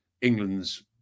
england's